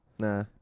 Nah